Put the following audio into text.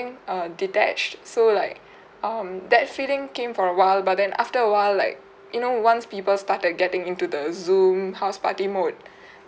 err detached so like um that feeling came for a while but then after a while like you know once people started getting into the zoom house party mode